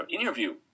interview